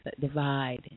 divide